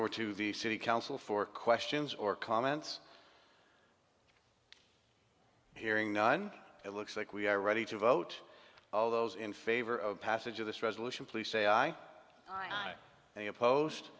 over to the city council for questions or comments hearing on it looks like we are ready to vote all those in favor of passage of this resolution please say i they opposed